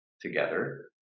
together